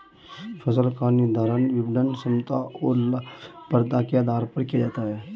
फसल का निर्धारण विपणन क्षमता और लाभप्रदता के आधार पर किया जाता है